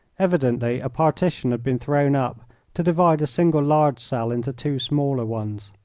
evidently a partition had been thrown up to divide a single large cell into two smaller ones.